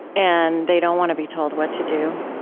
and they don't want to be told what to do,